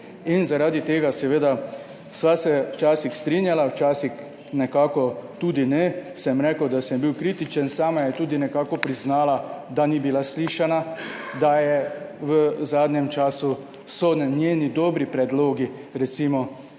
In zaradi tega, seveda, sva se včasih strinjala, včasih nekako tudi ne, sem rekel, da sem bil kritičen. Sama je tudi nekako priznala, da ni bila slišana, da so v zadnjem času njeni dobri predlogi, recimo